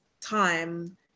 time